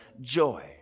joy